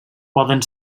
poden